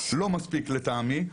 לא מספיק לטעמי.